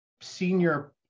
senior